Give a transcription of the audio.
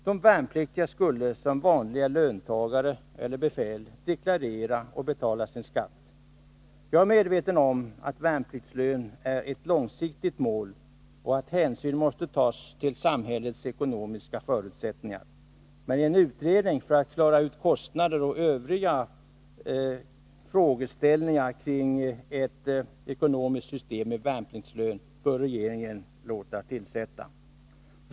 De värnpliktiga skulle som vanliga löntagare deklarera och betala skatt. Jag är medveten om att värnpliktslön är ett långsiktigt mål och att hänsyn måste tas till samhällets ekonomiska förutsättningar. Men en utredning för att klara ut kostnader och övriga frågeställningar kring ett system med värnpliktslön bör regeringen låta tillsätta.